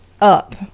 up